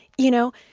you know,